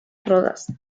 rodas